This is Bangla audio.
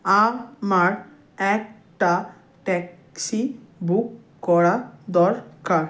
আমার একটা ট্যাক্সি বুক করা দরকার